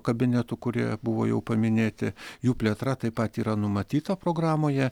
kabinetų kurie buvo jau paminėti jų plėtra taip pat yra numatyta programoje